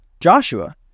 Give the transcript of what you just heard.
Joshua